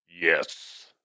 Yes